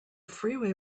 freeway